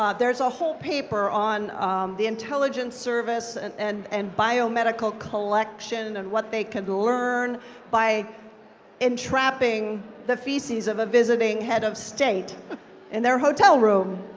ah there's a whole paper on the intelligence service and and and biomedical collection and what they can learn by entrapping the feces of a visiting head of state in their hotel room,